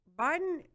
Biden